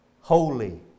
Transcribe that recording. holy